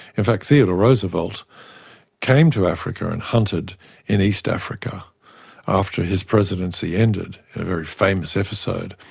in fact theodore roosevelt came to africa and hunted in east africa after his presidency ended, a very famous episode.